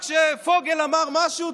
רק כשפוגל אמר משהו,